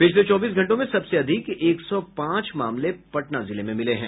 पिछले चौबीस घंटों में सबसे अधिक एक सौ पांच मामले पटना जिले में मिले हैं